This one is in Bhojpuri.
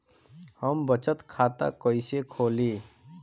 हम बचत खाता कईसे खोली?